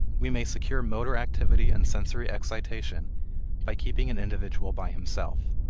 we may secure motor activity and sensory excitation by keeping an individual by himself,